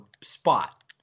spot